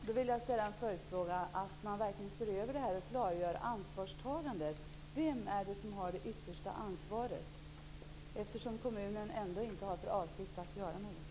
Fru talman! Då vill jag ställa en följdfråga. Jag vill att man ser över det här och klargör ansvarstagandet. Vem är det som har det yttersta ansvaret, eftersom kommunen ändå inte har för avsikt att göra något?